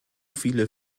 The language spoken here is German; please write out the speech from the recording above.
viele